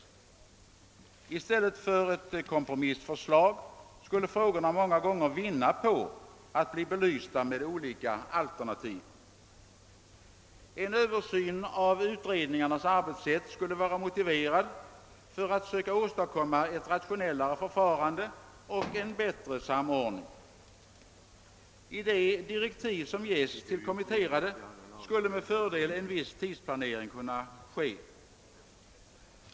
Frågorna skulle många gånger vinna på att bli belysta från flera olika alternativa synpunkter i stället för att bli föremål för en kompromiss. En översyn av utredningarnas arbetssätt skulle vara motiverad för att söka åstadkomma ett rationellare förfarande och en bättre samordning. I de direktiv som ges till kommittéerna skulle med fördel en viss tidsplanering kunna anges.